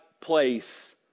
place